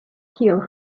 skills